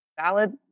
valid